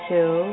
Two